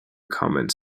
comments